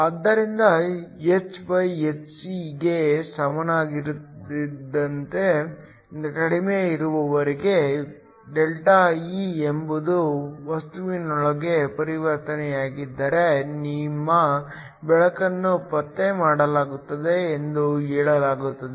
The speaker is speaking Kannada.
ಆದ್ದರಿಂದ hhc ಗೆ ಸಮನಾಗಿರುವುದಕ್ಕಿಂತ ಕಡಿಮೆ ಇರುವವರೆಗೆ ΔE ಎಂಬುದು ವಸ್ತುವಿನೊಳಗೆ ಪರಿವರ್ತನೆಯಾಗಿದ್ದರೆ ನಿಮ್ಮ ಬೆಳಕನ್ನು ಪತ್ತೆ ಮಾಡಲಾಗುತ್ತದೆ ಎಂದು ಹೇಳಲಾಗುತ್ತದೆ